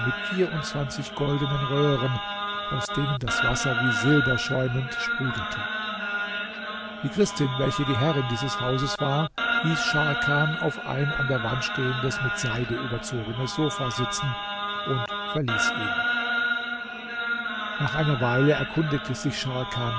mit vierundzwanzig goldenen röhren aus denen das wasser wie silber schäumend sprudelte die christin welche die herrin dieses hauses war hieß scharkan auf ein an der wand stehendes mit seide überzogenes sofa sitzen und verließ ihn nach einer weile erkundigte sich scharkan